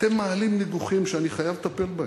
אתם מעלים ניגוחים שאני חייב לטפל בהם,